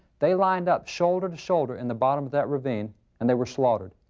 they lined up shoulder to shoulder in the bottom of that ravine and they were slaughtered.